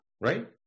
right